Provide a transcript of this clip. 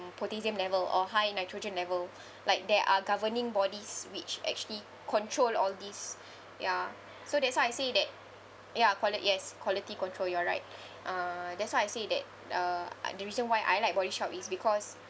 potassium level or high nitrogen level like there are governing bodies which actually control all these ya so that's why I said that ya quali~ yes quality control you're right uh that's why I said that uh I the reason why I like Body Shop is because